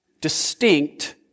distinct